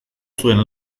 zuen